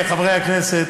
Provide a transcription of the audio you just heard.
חברי הכנסת,